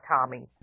Tommy